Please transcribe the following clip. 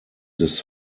des